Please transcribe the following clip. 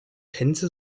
tänze